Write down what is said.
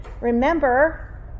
Remember